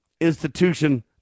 institution